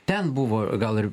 ten buvo gal ir